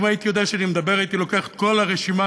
אם הייתי יודע שאני מדבר הייתי לוקח את כל הרשימה